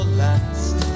last